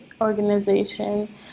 organization